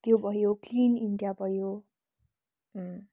त्यो भयो clean India भयो अँ